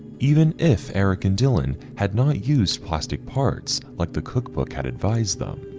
even if eric and dylan had not used plastic parts like the cookbook had advised them,